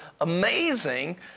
amazing